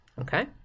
okay